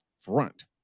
front